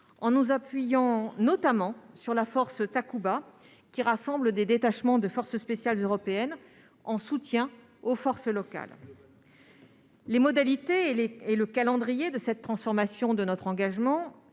en nous appuyant notamment sur la force Takuba, qui rassemble des détachements de forces spéciales européennes, en soutien aux forces locales. Les modalités et le calendrier de cette transformation de notre engagement